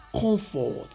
comfort